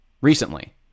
recently